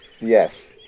Yes